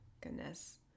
goodness